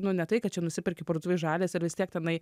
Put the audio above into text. nu ne tai kad čia nusiperkiparduotuvėj žalias ir vis tiek tenai